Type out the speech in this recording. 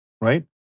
right